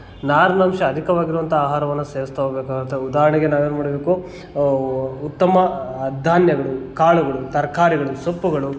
ನಾರಿನಂಶ ಅಧಿಕವಾಗಿರುವಂಥ ಆಹಾರವನ್ನು ಸೇವಿಸ್ತಾ ಹೋಗಬೇಕಾಗತ್ತೆ ಉದಾಹರಣೆಗೆ ನಾವೇನು ಮಾದಬೇಕು ಉತ್ತಮ ಧಾನ್ಯಗಳು ಕಾಳುಗಳು ತರಕಾರಿಗಳು ಸೊಪ್ಪುಗಳು